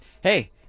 hey